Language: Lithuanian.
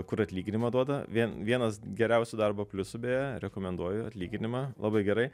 kur atlyginimą duoda vie vienas geriausių darbo pliusų beje rekomenduoju atlyginimą labai gerai